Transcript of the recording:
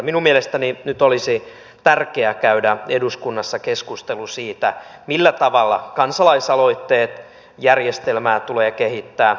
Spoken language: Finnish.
minun mielestäni nyt olisi tärkeää käydä eduskunnassa keskustelu siitä millä tavalla kansalaisaloitejärjestelmää tulee kehittää